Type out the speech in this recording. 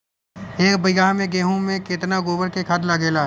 एक बीगहा गेहूं में केतना गोबर के खाद लागेला?